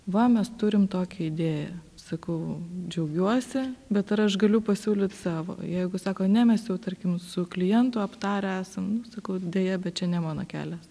va mes turim tokią idėją sakau džiaugiuosi bet ar aš galiu pasiūlyt savo jeigu sako ne mes jau tarkim su klientu aptarę esam nu sakau deja bet čia ne mano kelias